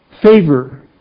favor